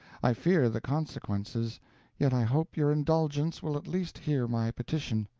i fear the consequences yet i hope your indulgence will at least hear my petition.